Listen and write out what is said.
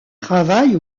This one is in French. travaille